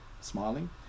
smiling